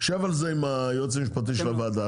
שב על זה עם היועץ המשפטי של הוועדה.